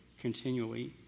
continually